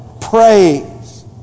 praise